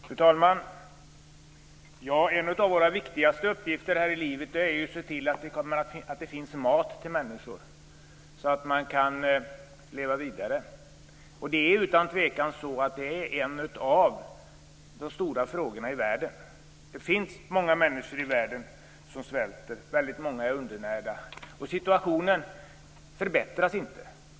Fru talman! En av våra viktigaste uppgifter här i livet är ju att se till att det finns mat för människorna, så att de kan leva vidare. Detta är utan tvekan en av de stora frågorna i världen. Det finns många människor i världen som svälter, och väldigt många är undernärda. Situationen förbättras inte heller.